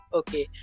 okay